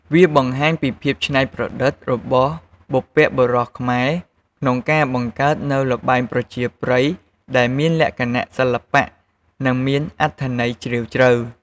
វាបង្ហាញពីភាពច្នៃប្រឌិតរបស់បុព្វបុរសខ្មែរក្នុងការបង្កើតនូវល្បែងប្រជាប្រិយដែលមានលក្ខណៈសិល្បៈ និងមានអត្ថន័យជ្រាលជ្រៅ។